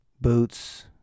boots